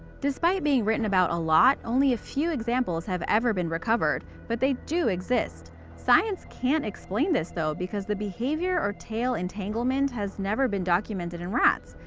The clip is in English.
despite being written about a lot, only a few examples have ever been recovered, but they do exist. science can't explain this, though, because the behaviour or tail entanglement has never been documented in rats.